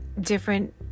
different